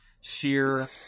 sheer